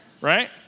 right